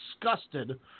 disgusted